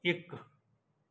ਇੱਕ